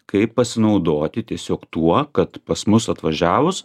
kaip pasinaudoti tiesiog tuo kad pas mus atvažiavus